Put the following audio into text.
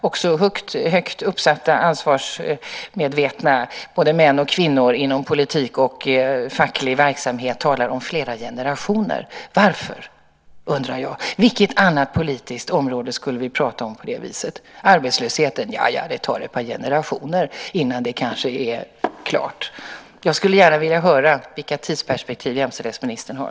Också högt uppsatta, ansvarsmedvetna män och kvinnor inom politik och facklig verksamhet talar om flera generationer. Varför, undrar jag? Vilket annat politiskt område skulle vi prata om på det viset? Arbetslösheten? Ja, ja, det tar ett par generationer innan det kanske är klart. Jag skulle gärna vilja höra vilka tidsperspektiv jämställdhetsministern har.